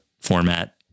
format